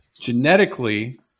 Genetically